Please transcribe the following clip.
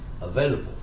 available